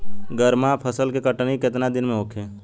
गर्मा फसल के कटनी केतना दिन में होखे?